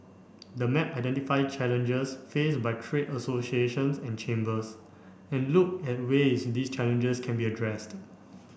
the map identify challenges faced by trade associations and chambers and look at ways these challenges can be addressed